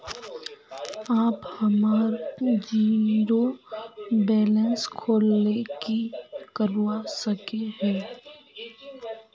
आप हमार zero balance खोल ले की करवा सके है?